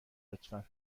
لطفا